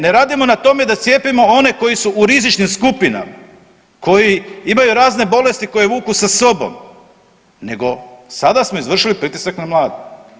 Ne, ne radimo na tome da cijepimo one koji su u rizičnim skupinama, koji imaju razne bolesti koje vuku sa sobom, nego sada smo izvršili pritisak na mlade.